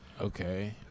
Okay